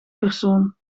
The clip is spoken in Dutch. persoon